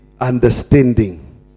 understanding